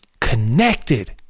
connected